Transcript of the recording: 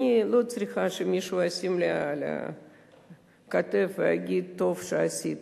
אני לא צריכה שמישהו ישים לי יד על הכתף ויגיד: טוב שעשיתם.